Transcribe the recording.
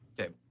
Okay